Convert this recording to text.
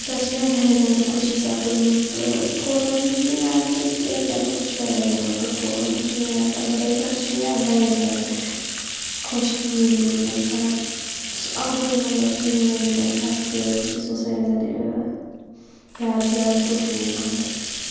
تمہِ ساتہٕ چھِ مےٚ واریاہ زیادٕ خوشی سَپٛزمٕژ تہٕ فوٹوٗوَن ہُنٛد چھُنہٕ مےٚ یاد کیٚنٛہہ تِکیٛازِ تمہِ ساتہٕ ٲسٕس بہٕ واریاہ زیادٕ لَکٕٹۍ فوٹوٗوَن ہُنٛد چھُنہٕ مےٚ یاد کیٚنٛہہ البتہ ییٖژاہ ہَن چھِ مےٚ یاد واریاہ زیادٕ خۄشی مِلیے مےٚ تمہِ ساتہٕ سُہ الگٕے مطلب فیٖلِنٛگ آیہِ مےٚ تمہِ ساتہٕ تِکیٛازِ سُہ اوس واریاہ زیادٕ یادگار دۄہ میانہِ خٲطرٕ